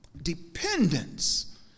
dependence